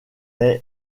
est